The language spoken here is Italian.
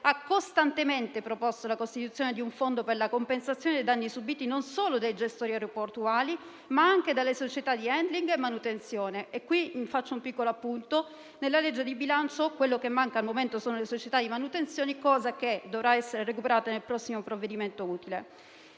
ha costantemente proposto la costituzione di un fondo per la compensazione dei danni subiti non solo dai gestori aeroportuali, ma anche dalle società di *handling* e manutenzione. Qui faccio un piccolo appunto: nella legge di bilancio quello che manca al momento sono le società di manutenzione, cosa che dovrà essere recuperata nel prossimo provvedimento utile.